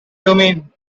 domain